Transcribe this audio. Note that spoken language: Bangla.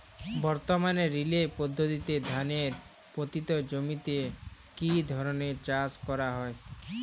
বর্তমানে রিলে পদ্ধতিতে ধানের পতিত জমিতে কী ধরনের চাষ করা হয়?